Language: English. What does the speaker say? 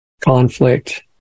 conflict